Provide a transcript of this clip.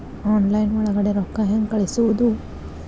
Online ಒಳಗಡೆ ರೊಕ್ಕ ಹೆಂಗ್ ಕಳುಹಿಸುವುದು?